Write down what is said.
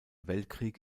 weltkrieg